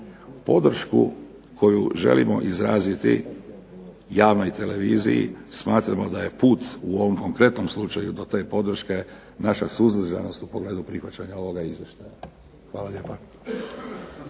podršku koju želimo izraziti javnoj televiziji smatramo da je put u ovom konkretnom slučaju do te podrške naša suzdržanost u pogledu prihvaćanja ovoga Izvještaja. Hvala lijepa.